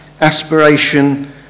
aspiration